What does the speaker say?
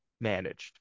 managed